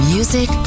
Music